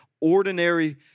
ordinary